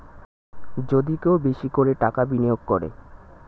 যদি কেউ বেশি করে টাকা বিনিয়োগ করে